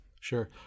Sure